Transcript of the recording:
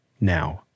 now